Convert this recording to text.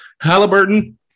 Halliburton